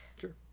Sure